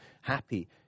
happy